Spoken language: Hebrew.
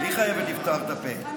אבל היא חייבת לפתוח את הפה.